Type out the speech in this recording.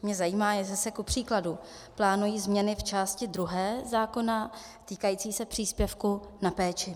Mě zajímá, jestli se kupříkladu plánují změny v části druhé zákona týkající se příspěvku na péči.